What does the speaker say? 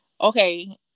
okay